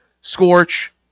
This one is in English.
scorch